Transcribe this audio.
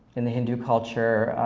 in the hindu culture,